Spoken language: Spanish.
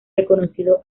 reconocido